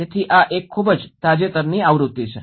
તેથી આ એક ખૂબ જ તાજેતરની આવૃત્તિ છે